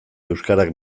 euskarak